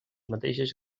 mateixes